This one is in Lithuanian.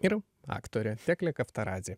ir aktorė teklė kaftaradzė